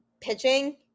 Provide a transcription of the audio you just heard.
pitching